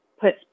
put